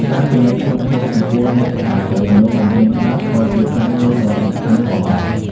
ការពិន័យធ្ងន់ធ្ងរចំពោះអ្នកដែលរំលោភបំពានច្បាប់ក៏ជាផ្នែកមួយដ៏សំខាន់ផងដែរ។